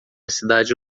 cidade